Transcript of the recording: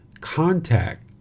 Contact